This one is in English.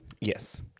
Yes